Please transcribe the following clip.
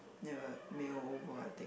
never mail over I think